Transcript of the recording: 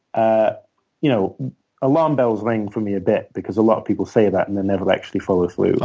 ah you know alarm bells ring for me a bit because a lot of people say that and then never actually follow through. oh,